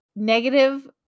negative